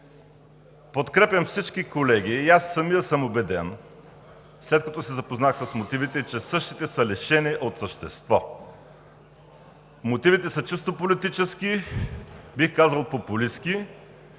Подкрепям всички колеги, и аз самият съм убеден, след като се запознах с мотивите, че същите са лишени от същество. Мотивите са чисто политически, бих казал популистки.